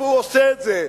והוא עושה את זה,